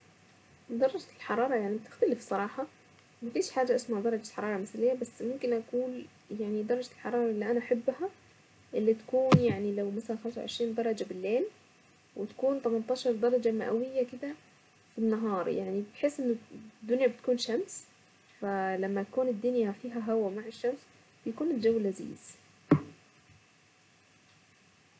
درجة الحرارة يعني بتختلف صراحة ما فيش حاجة اسمها درجة حرارة مثالية بس ممكن اقول يعني درجة الحرارة اللي انا احبها اللي تكون يعني لو مثلا خمسة وعشرين درجة بالليل وتكون تمان عشر درجة مئوية كذا في النهار يعني بحيث انه الدنيا بتكون شمس فلما تكون الدنيا فيها مع الشمس يكون الجو لذيذ.